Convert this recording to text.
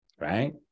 Right